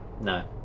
no